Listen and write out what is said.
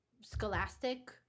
scholastic